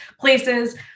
places